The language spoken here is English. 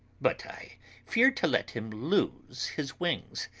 but i fear to let him loose his wings.